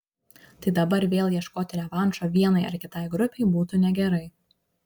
tai dabar vėl ieškoti revanšo vienai ar kitai grupei būtų negerai